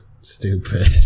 stupid